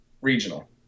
regional